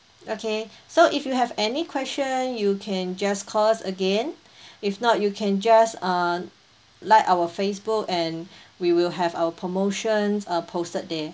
okay so if you have any question you can just call us again if not you can just uh like our facebook and we will have our promotions uh posted there